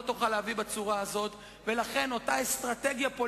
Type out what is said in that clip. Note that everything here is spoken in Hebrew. איפה האחריות?